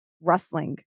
rustling